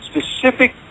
specific